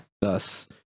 Thus